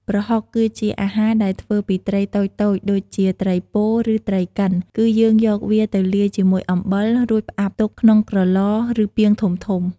ប្រហុក គឺជាអាហារដែលធ្វើពីត្រីតូចៗដូចជាត្រីពោ ឬត្រីកិន គឺយើងយកវាទៅលាយជាមួយអំបិល រួចផ្អាប់ទុកក្នុងក្រឡ ឬពាងធំៗ។